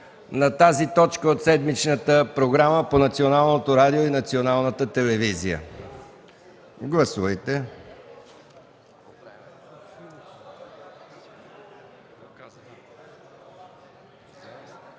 на тази точка от седмичната програма по Националното радио и Националната телевизия. Гласували